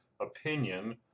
opinion